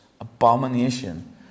abomination